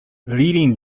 leading